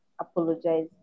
apologize